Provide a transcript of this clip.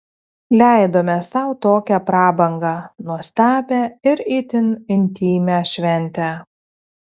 leidome sau tokią prabangą nuostabią ir itin intymią šventę